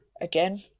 Again